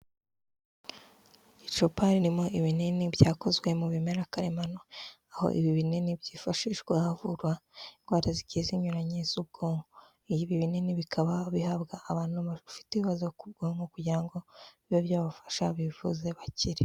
Icupa ririmo ibinini byayakozwe mu bimera karemano, aho ibi binini byifashishwa havurwa indwara zigiye zinyuranye z'ubwonko. Ibi binini bikaba bihabwa abantu bafite ibibazo ku bwonko kugira ngo bibe byabafasha bivuze bakire.